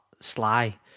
sly